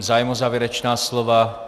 Zájem o závěrečná slova?